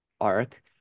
arc